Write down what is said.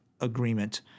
agreement